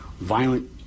violent